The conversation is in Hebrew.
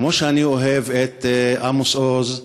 כמו שאני אוהב את עמוס עוז,